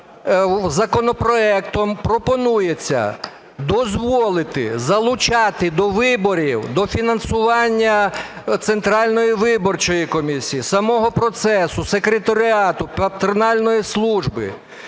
Законопроектом пропонується дозволити залучати до виборів, до фінансування Центральної виборчої комісії, самого процесу, секретаріату патронатної служби